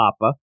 Papa